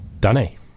Danny